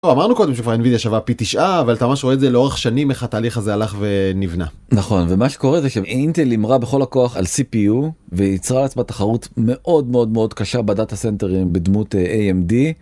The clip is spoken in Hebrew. אמרנו קודם שהNVIDIA שווה פי תשעה אבל אתה מה שרואה זה לאורך שנים איך התהליך הזה הלך ונבנה. נכון ומה שקורה זה שאינטל עמרה בכל הכוח על CPU ויצרה על עצמה תחרות מאוד מאוד מאוד קשה בדאטה סנטרים בדמות AMD.